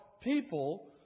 people